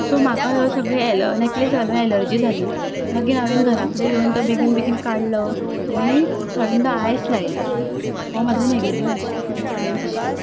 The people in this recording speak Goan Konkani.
सो म्हाका ह्यो सगळ्यो ए नेक्लेस घालून एलर्जी जाली मागीर हावेंन घरा कडेन येवन तो बेगीन बेगीन काडलो आनी थंड आयस लायलो हो म्हजो नेगेट्यूव अशी एक्सपिरियन्स आशिल्लो